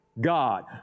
God